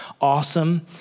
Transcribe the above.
awesome